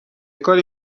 کاری